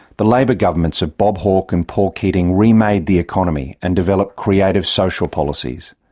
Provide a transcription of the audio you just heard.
the labor governments of bob hawke and paul keating remade the economy and developed creative social policies.